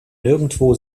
nirgendwo